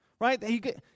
right